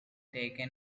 taken